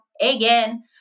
again